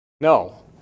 No